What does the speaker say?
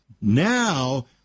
now